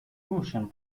russian